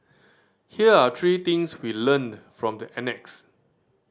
here are three things we learnt from the annex